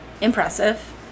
impressive